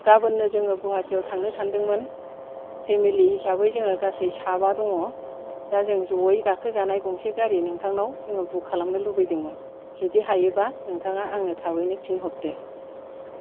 गाबोननो जोङो गुवाहाटियाव थांनो सानदोंमोन फेमिलि हिसाबै जोङो गासै साबा दङ दा जों ज'यै गाखोजानाय गंसे गारि नोंथांनाव जोङो बुक खालामनो लुबैदोंमोन जुदि हायोबा आंनो नोंथाङा आंनो थाबैनो फिन हरदो